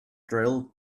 drilled